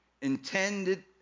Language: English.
intended